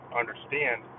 understand